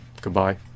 Goodbye